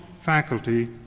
faculty